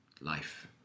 life